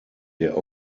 der